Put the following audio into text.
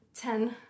Ten